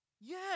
Yes